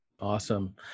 Awesome